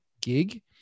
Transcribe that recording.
gig